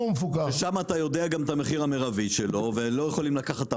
ושם אתה יודע גם את המחיר המירבי שלו ולא יכולים לקחת את